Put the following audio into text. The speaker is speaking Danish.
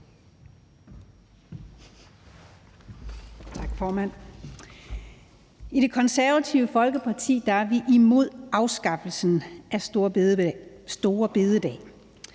I Det Konservative Folkeparti er vi imod afskaffelsen af store bededag.